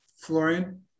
Florian